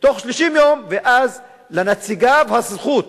תוך 30 יום, ואז לנציגיו הזכות